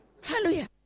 Hallelujah